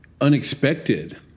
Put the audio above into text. unexpected